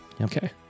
Okay